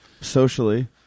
Socially